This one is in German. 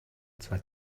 zwei